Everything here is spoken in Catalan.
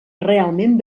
realment